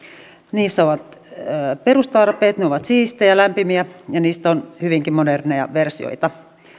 niissä on perustarpeet ne ovat siistejä ja lämpimiä ja niistä on hyvinkin moderneja versioita